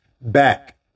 back